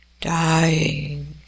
dying